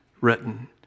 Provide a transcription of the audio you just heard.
written